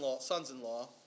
sons-in-law